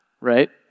right